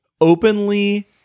openly